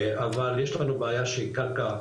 אבל יש לנו בעיה של קרקע.